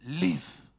leave